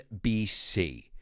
BC